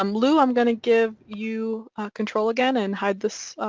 um lou, i'm gonna give you control again and hide this,